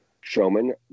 showman